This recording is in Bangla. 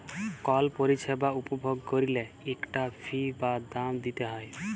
কল পরিছেবা উপভগ ক্যইরলে ইকটা ফি বা দাম দিইতে হ্যয়